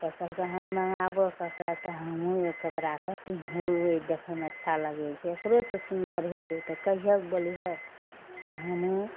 तऽ कहलकइ हँ मङाबऽ कपड़ा तऽ हमहुँ ओ कपड़ाके पिन्हबय देखयमे अच्छा लागय छै एकरोसँ सुन्दर होइतइ तऽ कहियक बोलिहऽ तऽ हमहूँ